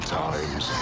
times